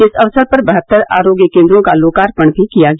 इस अवसर पर बहत्तर आरोग्य केंद्रों का लोकार्पण भी किया गया